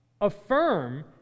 affirm